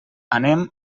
anem